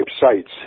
sites